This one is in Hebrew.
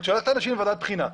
את שולחת אנשים לוועדת בחינה,